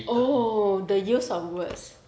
oh the use of words